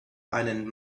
einen